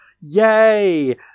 yay